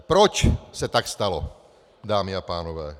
Proč se tak stalo, dámy a pánové?